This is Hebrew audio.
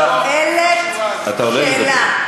אתה עולה לדבר.